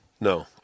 No